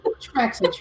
Tracks